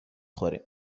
خوریم